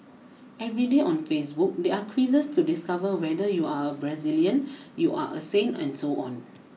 every day on Facebook there are quizzes to discover whether you are Brazilian you are a saint and so on